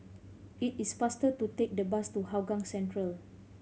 it is faster to take the bus to Hougang Central